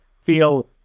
feel